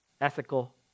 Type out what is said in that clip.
ethical